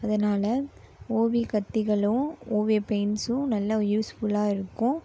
அதனால ஓவிய கத்திகளும் ஓவிய பெயிண்ட்ஸும் நல்லா யூஸ்ஃபுல்லாக இருக்கும்